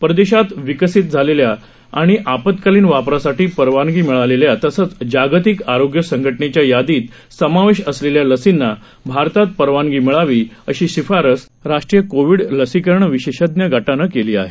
परदेशात विकासीत निर्माण झालेल्या आणि आपत्कालीन वापरासाठी परवानगी मिळालेल्या तसंच जागतिक आरोग्य संघटनेच्या यादीत समावेश असलेल्या लसींना भारतात परवानगी मिळावी अशी शिफारस राष्ट्रीय कोविड लसीकरण विशेषज्ञ गटानं केली आहे